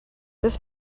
this